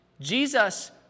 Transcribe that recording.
Jesus